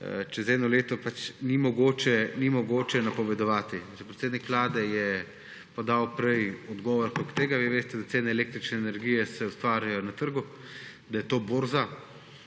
čez eno leto pač ni mogoče napovedovati. Že predsednik vlade je podal prej odgovor glede tega. Vi veste, da cene električne energije se ustvarjajo na trgu, da je to borza.